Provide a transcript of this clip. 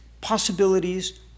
possibilities